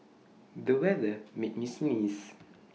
the weather made me sneeze